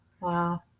Wow